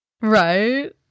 Right